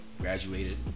graduated